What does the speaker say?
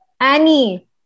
Annie